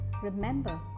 Remember